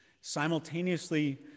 simultaneously